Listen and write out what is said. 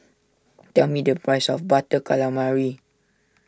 tell me the price of Butter Calamari